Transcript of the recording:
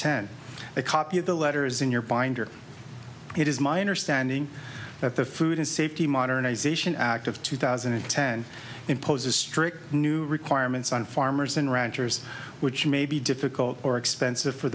ten a copy of the letters in your binder it is my understanding that the food safety modernization act of two thousand and ten imposes strict new requirements on farmers and ranchers which may be difficult or expensive for